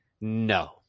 No